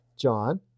John